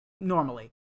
normally